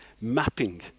mapping